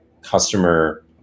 customer